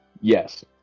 Yes